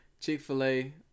Chick-fil-A